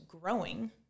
growing